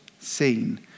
seen